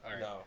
No